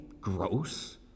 gross